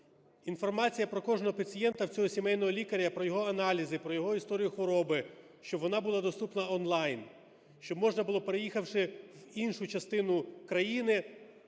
Інформація про кожного пацієнта в цього сімейного лікаря, про його аналізи, про його історію хвороби, щоб вона була доступна онлайн, щоб можна було, приїхавши в іншу частину країни,